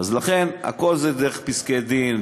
אז לכן הכול זה דרך פסקי-דין,